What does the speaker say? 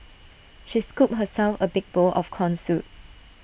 she scooped herself A big bowl of Corn Soup